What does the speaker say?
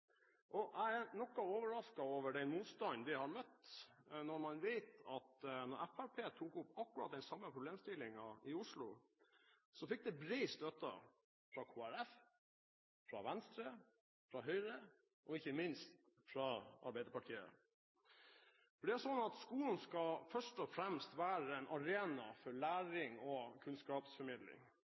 skolen. Jeg er noe overrasket over den motstanden det har møtt, når man vet at da Fremskrittspartiet tok opp akkurat den samme problemstillingen i Oslo, fikk det bred støtte fra Kristelig Folkeparti, fra Venstre, fra Høyre og ikke minst fra Arbeiderpartiet. Det er slik at skolen først og fremst skal være en arena for læring og kunnskapsformidling,